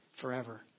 forever